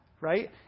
right